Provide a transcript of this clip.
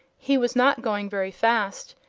he was not going very fast,